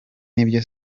nibyo